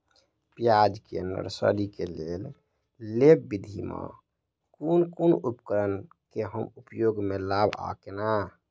प्याज केँ नर्सरी केँ लेल लेव विधि म केँ कुन उपकरण केँ हम उपयोग म लाब आ केना?